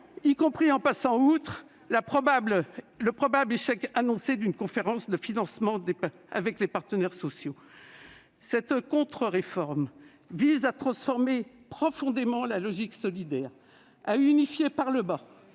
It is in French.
rapide, passant outre l'échec probable et annoncé d'une conférence de financement avec les partenaires sociaux. Cette contre-réforme vise à transformer profondément la logique solidaire, à unifier par le bas,